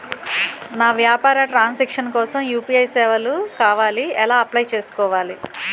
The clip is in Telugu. నా వ్యాపార ట్రన్ సాంక్షన్ కోసం యు.పి.ఐ సేవలు కావాలి ఎలా అప్లయ్ చేసుకోవాలి?